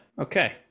Okay